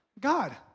God